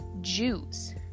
Jews